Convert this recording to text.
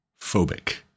phobic